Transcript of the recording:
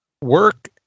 work